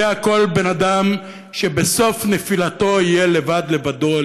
יודע כל בן-אדם שבסוף נפילתו יהיה לבד, לבדו.